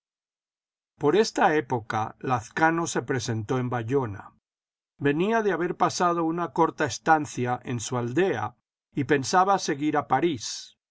por esta época lazcano e presentó en bayona venía de haber pasado una corta estancia en su aldea y pensaba seguir a parís